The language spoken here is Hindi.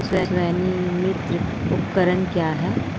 स्वनिर्मित उपकरण क्या है?